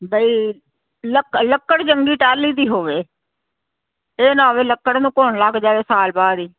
ਬਈ ਲੱਕੜ ਚੰਗੀ ਟਾਲੀ ਦੀ ਹੋਵੇ ਇਹ ਨਾ ਹੋਵੇ ਲੱਕੜ ਨੂੰ ਘੁਣ ਲੱਗ ਜਾਏ ਸਾਲ ਬਾਅਦ